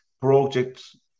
projects